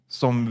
som